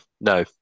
No